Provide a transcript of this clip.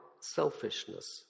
selfishness